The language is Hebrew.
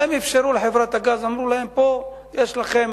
והם אפשרו לחברת הגז, אמרו להם: פה יש לכם